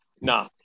No